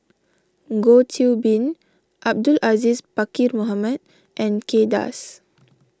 Goh Qiu Bin Abdul Aziz Pakkeer Mohamed and Kay Das